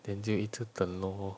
then 就一直等 lor